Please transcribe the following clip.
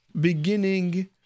beginning